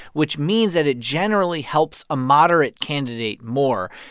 which means that it generally helps a moderate candidate more.